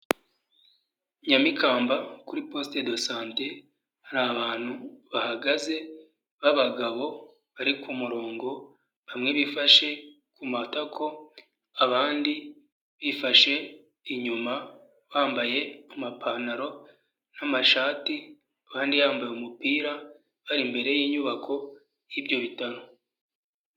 Nyamikamba kuri posite do sante hari abantu bahagaze b'abagabo bari ku murongo, bamwe bifashe ku matako, abandi bifashe inyuma, bambaye amapantaro n'amashati, abandi bambaye umupira bari imbere y'inyubako y'ibyo bitaro.